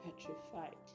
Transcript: petrified